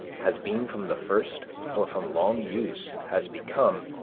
has been from the first, or from long use has become,